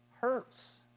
hurts